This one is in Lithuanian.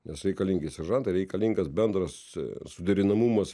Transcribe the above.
nes reikalingi seržantai reikalingas bendras suderinamumas